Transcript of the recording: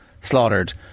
slaughtered